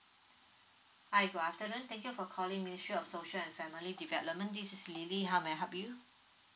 hi good afternoon thank you for calling ministry of social and family development this is lily how may I help you